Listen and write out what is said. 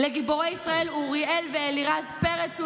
לגיבורי ישראל אוריאל ואלירז פרץ,